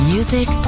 Music